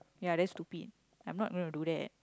ya that's stupid I'm not going to do that